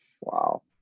Wow